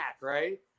right